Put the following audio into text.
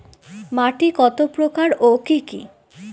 মাটি কতপ্রকার ও কি কী?